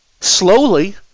Slowly